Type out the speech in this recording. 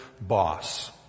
boss